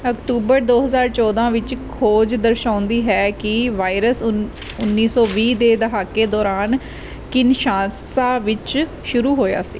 October ਦੋ ਹਜ਼ਾਰ ਚੌਦਾਂ ਵਿੱਚ ਖੋਜ ਦਰਸਾਉਂਦੀ ਹੈ ਕਿ ਵਾਇਰਸ ਉਨ ਉੱਨੀ ਸੋ ਵੀਹ ਦੇ ਦਹਾਕੇ ਦੌਰਾਨ ਕਿਨਸ਼ਾਸਾ ਵਿੱਚ ਸ਼ੁਰੂ ਹੋਇਆ ਸੀ